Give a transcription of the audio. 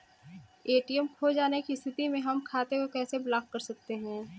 ATM खो जाने की स्थिति में हम खाते को कैसे ब्लॉक कर सकते हैं?